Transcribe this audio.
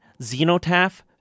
Xenotaph